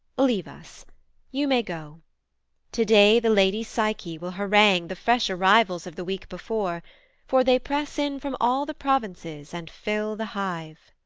leave us you may go today the lady psyche will harangue the fresh arrivals of the week before for they press in from all the provinces, and fill the hive